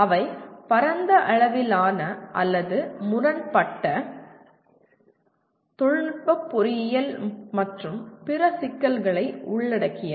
அவை பரந்த அளவிலான அல்லது முரண்பட்ட தொழில்நுட்ப பொறியியல் மற்றும் பிற சிக்கல்களை உள்ளடக்கியது